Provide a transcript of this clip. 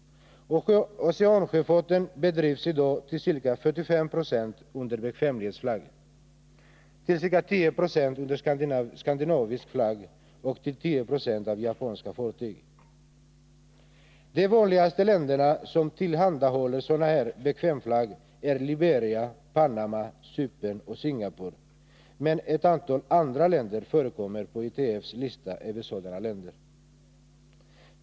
Oceansjöfarten bedrivs i dag till ca 45 90 under bekvämlighetsflagg, till ca 10 26 under skandinavisk flagg och till 10 26 av japanska fartyg. De länder som vanligen tillhandahåller sådan bekvämlighetsflagg är Liberia, Panama, Cypern och Singapore, men ett antal andra länder förekommer på ITF:s lista över sådana länder.